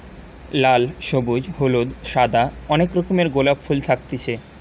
লাল, সবুজ, হলুদ, সাদা অনেক রকমের গোলাপ ফুল থাকতিছে